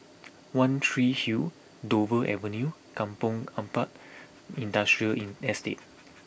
One Tree Hill Dover Avenue Kampong Ampat Industrial Inn Estate